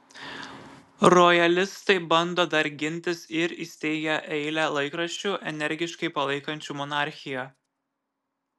rojalistai bando dar gintis ir įsteigia eilę laikraščių energiškai palaikančių monarchiją